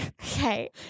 Okay